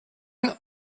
mein